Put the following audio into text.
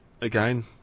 again